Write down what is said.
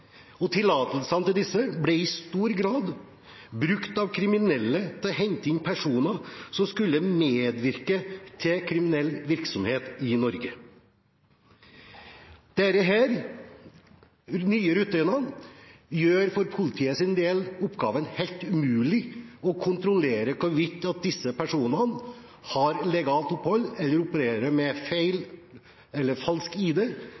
tillatelsene ble i stor grad brukt av kriminelle til å hente inn personer som skulle medvirke til kriminell virksomhet i Norge. Disse nye rutinene gjør det for politiets del helt umulig å kontrollere hvorvidt disse personene har legalt opphold eller opererer med falsk